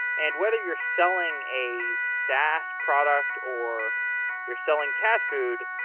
and whether you're selling a sas product or you're selling cat food,